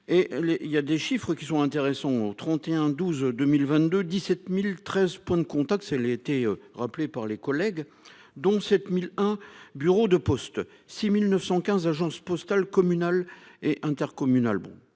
il y a des chiffres qui sont intéressants. 31 12 2022 17.013 points de contact, c'est elle été rappelé par les collègues dont 7000, un bureau de poste 6915 agences postales communales et intercommunales.